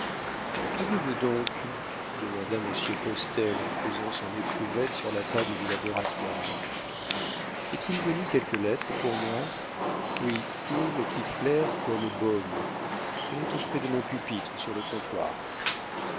qu'avez-vous donc demanda monsieur postel en posant son éprouvette sur la table du laboratoire est-il venu quelque lettre pour moi oui une qui flaire comme baume elle est auprès de mon pupitre sur le comptoir